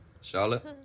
Charlotte